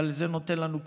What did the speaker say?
אבל זה נותן לנו כוחות.